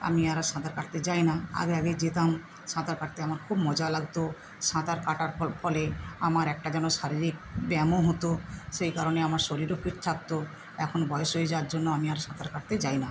আমি আর সাঁতার কাটতে যাই না আগে আগে যেতাম সাঁতার কাটতে আমার খুব মজা লাগত সাঁতার কাটার ফলে আমার একটা যেন শারীরিক ব্যায়ামও হতো সেই কারণে আমার শরীরও ফিট থাকত এখন বয়স হয়ে যাওয়ার জন্য আমি আর সাঁতার কাটতে যাই না